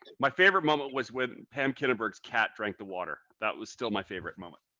my favorite moment was when pam kinneberg's cat drank the water. that was still my favorite moment.